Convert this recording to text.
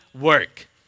work